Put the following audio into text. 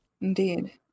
Indeed